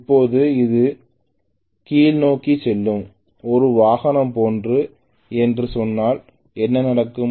இப்போது அது கீழ்நோக்கி செல்லும் ஒரு வாகனம் போன்றது என்று சொன்னால் என்ன நடக்கும்